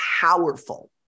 powerful